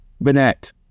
Bennett